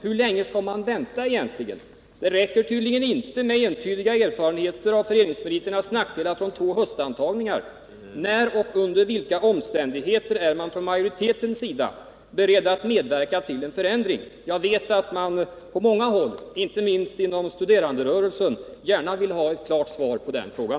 Hur länge skall man vänta egentligen? Det räcker tydligen inte med entydiga erfarenheter av föreningsmeriternas nackdelar från två höstantagningar. När och under vilka omständigheter är man från majoritetens sida beredd att medverka till en förändring? Jag vet att man på många håll, inte minst inom studeranderörelsen, gärna vill ha ett klart svar på den frågan.